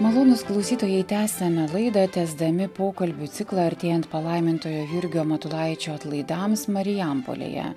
malonūs klausytojai tęsiame laidą tęsdami pokalbių ciklą artėjant palaimintojo jurgio matulaičio atlaidams marijampolėje